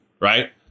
right